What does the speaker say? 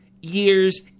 years